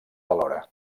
alhora